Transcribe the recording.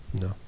No